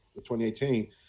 2018